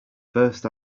first